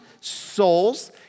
souls